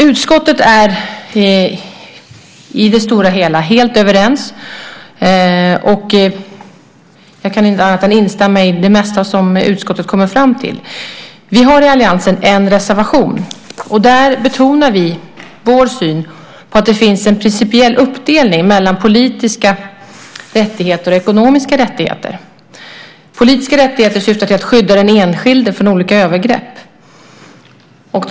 Utskottet är i det stora hela helt överens, och jag kan inte annat än instämma i det mesta som utskottet kommer fram till. Vi har i alliansen en reservation, och där betonar vi vår syn på att det finns en principiell uppdelning mellan politiska rättigheter och ekonomiska rättigheter. Politiska rättigheter syftar till att skydda den enskilde från olika övergrepp.